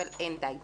אבל אין די בו.